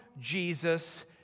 Jesus